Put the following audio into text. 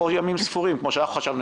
או ימים ספורים כפי שאנחנו חשבנו,